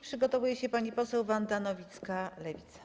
Przygotowuje się pani poseł Wanda Nowicka, Lewica.